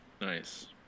Nice